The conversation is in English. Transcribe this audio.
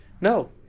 No